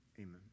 amen